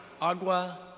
agua